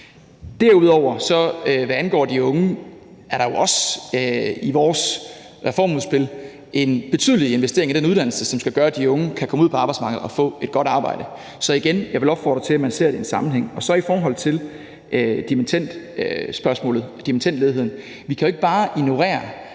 styrkelse. Hvad angår de unge, er der jo også i vores reformudspil en betydelig investering i den uddannelse, som skal gøre, at de unge kan komme ud på arbejdsmarkedet og få et godt arbejde. Så jeg vil igen opfordre til, at man ser det i en sammenhæng. I forhold til dimittendspørgsmålet, dimittendledigheden, kan vi jo ikke bare ignorere,